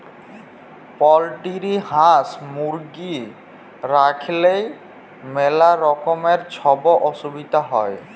poultry হাঁস, মুরগি রাইখলেই ম্যালা রকমের ছব অসুবিধা হ্যয়